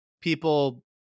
people